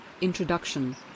Introduction